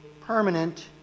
permanent